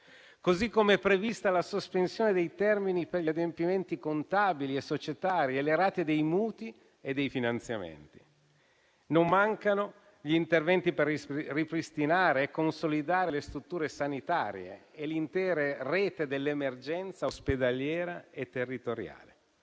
Così come sono previste la sospensione dei termini per gli adempimenti contabili e societari e la sospensione delle rate dei mutui e dei finanziamenti. Non mancano gli interventi per ripristinare e consolidare le strutture sanitarie e l'intera rete dell'assistenza ospedaliera e territoriale.